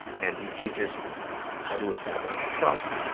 and he teaches how to establish trust.